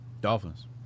Dolphins